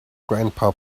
grandpa